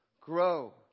Grow